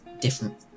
different